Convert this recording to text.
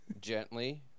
Gently